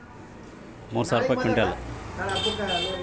ಈ ವಾರದ ಈರುಳ್ಳಿ ಸರಾಸರಿ ಬೆಲೆ ಎಷ್ಟು?